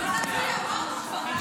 זה יגיע לוועדה ולא יהיה שום שינוי.